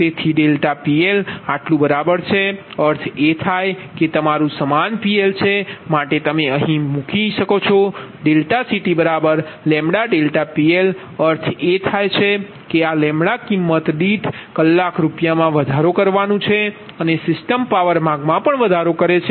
તેથી ΔPL આટલું બરાબર છે અર્થ એ થાય કે આટલું સમાન PL છે માટે તમે અહીં મૂકી ∆CTλ∆PLઅર્થ એ થાય કે આ કિંમત દીઠ કલાક રૂપિયા મા વધારો કરવાનું છે અને સિસ્ટમ પાવર માંગ મા પણ વધારો કરે છે